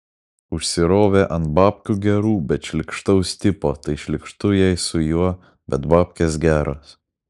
užsirovė ant babkių gerų bet šlykštaus tipo tai šlykštu jai su juo bet babkės geros